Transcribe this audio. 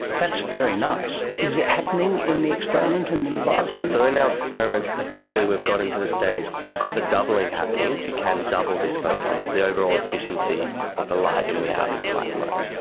that's very nice. is it happening in the experiment in the laboratory? so in our experiments effectively we've gotten to the stage, so we've got the doubling happening, we can double these photons, but the overall efficiency of the light in and out is quite low.